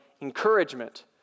encouragement